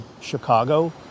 Chicago